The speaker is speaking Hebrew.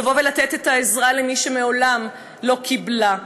לבוא ולתת את העזרה למי שמעולם לא קיבלה.